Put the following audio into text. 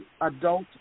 adult